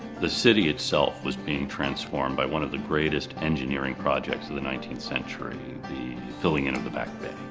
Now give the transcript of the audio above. the city itself was being transformed by one of the greatest engineering projects of the nineteenth century, the filling in of the back bay.